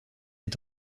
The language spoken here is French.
est